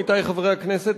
עמיתי חברי הכנסת,